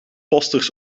posters